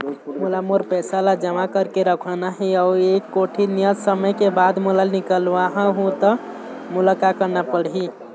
मोला मोर पैसा ला जमा करके रखवाना हे अऊ एक कोठी नियत समय के बाद ओला निकलवा हु ता मोला का करना पड़ही?